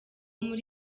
muri